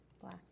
Black